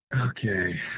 Okay